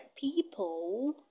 people